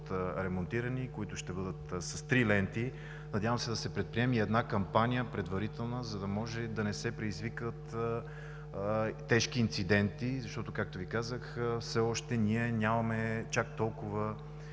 ремонтирани, и които ще бъдат с три ленти, надявам се да се предприеме и една предварителна кампания, за да може да не се предизвикват тежки инциденти, защото, както Ви казах, все още ние нямаме чак толкова